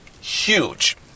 huge